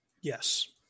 Yes